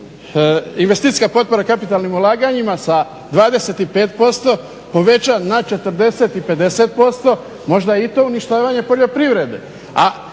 investicijska potpora kapitalnim ulaganjima sa 25% poveća na 40 i 50% možda je i to uništavanje poljoprivrede.